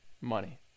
Money